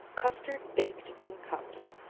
custard baked in cups.